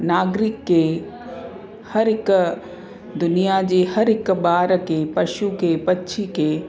नागरिक खे हर हिक दुनिया जे हर हिक ॿार खे पशु खे पखी खे